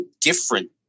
different